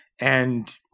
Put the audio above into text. and-